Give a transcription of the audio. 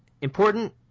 important